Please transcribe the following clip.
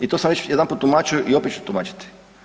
I to sam već jedanput tumačio i opet ću tumačiti.